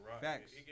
Facts